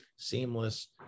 seamless